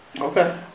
Okay